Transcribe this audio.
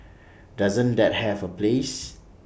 doesn't that have A place